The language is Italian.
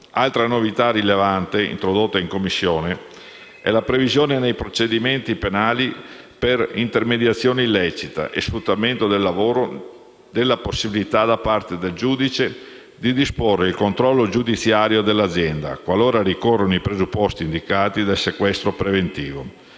Altra novità rilevante introdotta in Commissione è la previsione nei procedimenti penali per intermediazione illecita e sfruttamento del lavoro, della possibilità da parte del giudice di disporre il controllo giudiziario dell'azienda, qualora ricorrano i presupposti indicati del sequestro preventivo,